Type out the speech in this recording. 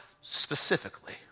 specifically